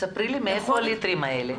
תספרי לי מאיפה הליטרים האלה.